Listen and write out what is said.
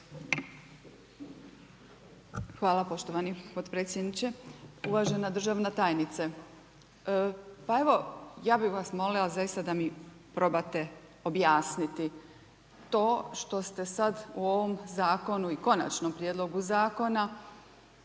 Hvala poštovani potpredsjedniče. Uvažena državna tajnice, pa evo ja bih vas molila zaista da mi probate objasniti to što ste sad u ovom zakonu i Konačnom prijedlogu zakona